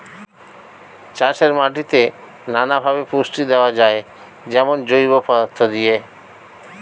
চাষের মাটিতে নানা ভাবে পুষ্টি দেওয়া যায়, যেমন জৈব পদার্থ দিয়ে